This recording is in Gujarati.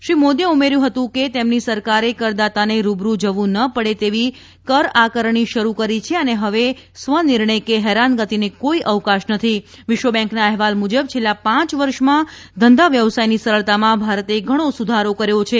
શ્રી મોદીએ ઉમેર્યું કે તેમની સરકારે કરદાતાને રૂબરુ જવું જ ન પડે તેવી કરઆકરણી શરુ કરી છે અને હવે સ્વનિર્ણય કે હેરાનગતિને કોઇ અવકાશ નથી વિશ્વબેંકના અહેવાલ મુજબ છેલ્લાં પાંચ વર્ષમાં ધંધા વ્યવસાયની સરળતામાં ભારતે ઘણો સુધારો કર્યો છે